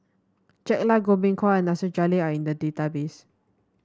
Jack Lai Goh Beng Kwan and Nasir Jalil are in the database